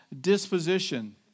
disposition